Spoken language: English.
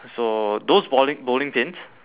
so those bowling bowling pins